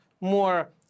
more